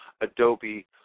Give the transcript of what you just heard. Adobe